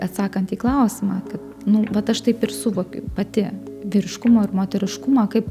atsakant į klausimą kad nu vat aš taip ir suvokiu pati vyriškumą ir moteriškumą kaip